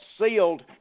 sealed